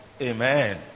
amen